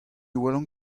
welan